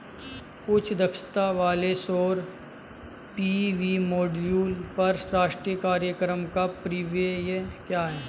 उच्च दक्षता वाले सौर पी.वी मॉड्यूल पर राष्ट्रीय कार्यक्रम का परिव्यय क्या है?